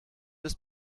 ist